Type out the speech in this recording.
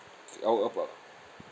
our our pa~